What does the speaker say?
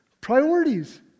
Priorities